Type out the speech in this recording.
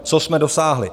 Co jsme dosáhli?